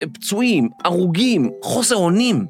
פצועים, הרוגים, חוסר אונים